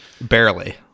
Barely